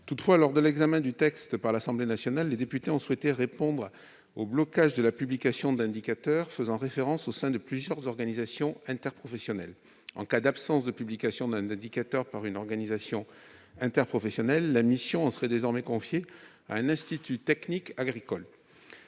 Toutefois, lors de l'examen du texte par l'Assemblée nationale, les députés ont souhaité répondre au blocage de la publication d'indicateurs faisant référence au sein de plusieurs organisations interprofessionnelles. En cas d'absence de publication d'indicateurs par une organisation interprofessionnelle, la mission serait désormais confiée à un institut technique agricole.